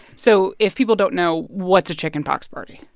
so if people don't know, what's a chickenpox party?